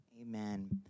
Amen